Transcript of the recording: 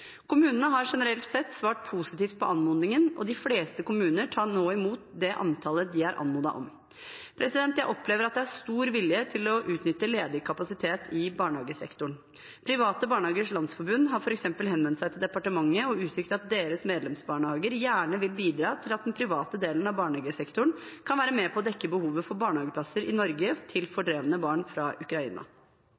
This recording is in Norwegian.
Kommunene har generelt sett svart positivt på anmodningen, og de fleste kommuner tar nå imot det antallet de er anmodet om. Jeg opplever at det er stor vilje til å utnytte ledig kapasitet i barnehagesektoren. Private Barnehagers Landsforbund har f.eks. henvendt seg til departementet og uttrykt at deres medlemsbarnehager gjerne vil bidra til at den private delen av barnehagesektoren kan være med på å dekke behovet for barnehageplasser i Norge til